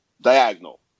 diagonal